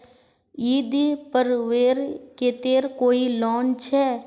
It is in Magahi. ईद पर्वेर केते कोई लोन छे?